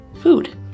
food